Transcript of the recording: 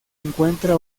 encuentra